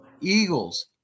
Eagles